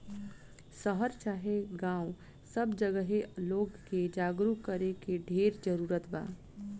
शहर चाहे गांव सब जगहे लोग के जागरूक करे के ढेर जरूरत बा